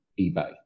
eBay